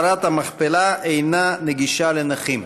מערת המכפלה אינה נגישה לנכים.